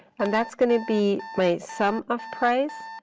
and that's going to be my sum of price.